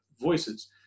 voices